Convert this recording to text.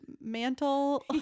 mantle